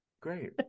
Great